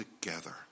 together